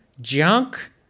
junk